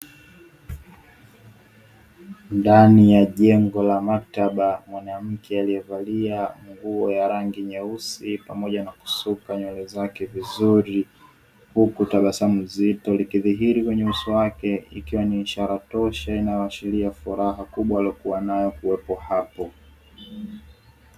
Ndani ya jengo la maktaba mwanamke aliyevalia nguo ya rangi nyeusi pamoja na kusuka nywele zake vizuri, huku tabasamu zito ikidhihiri kwenye uso wake ikiwa ni ishara tosha, inayoashiria furaha kubwa aliyonayo kuwepo hapo.